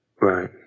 Right